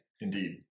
Indeed